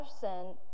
sin